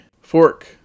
fork